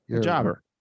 jobber